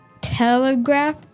Telegraph